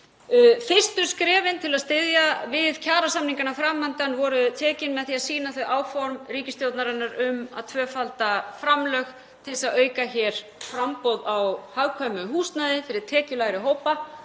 Fyrstu skrefin til að styðja við kjarasamningana fram undan voru tekin með því að sýna áform ríkisstjórnarinnar um að tvöfalda framlög til þess að auka hér framboð á hagkvæmu húsnæði fyrir tekjulægri hópa,